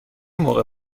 موقع